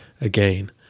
again